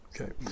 Okay